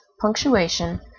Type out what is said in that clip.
punctuation